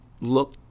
look